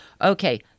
Okay